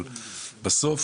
בסוף